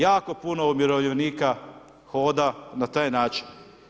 Jako puno umirovljenika hoda na taj način.